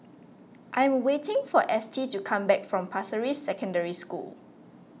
I am waiting for Estie to come back from Pasir Ris Secondary School